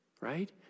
right